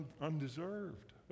undeserved